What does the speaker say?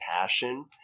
passion